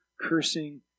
cursing